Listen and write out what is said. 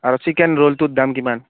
আৰু চিকেন ৰ'লটো দাম কিমান